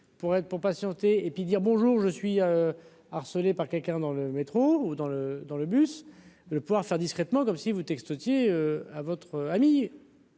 pour patienter, et puis dire bonjour, je suis harcelée par quelqu'un dans le métro ou dans le dans le bus, le pouvoir faire discrètement, comme si vous, texte à votre ami.